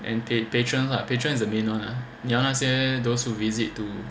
and patron lah patrons is the main [one] 那些 those who visit to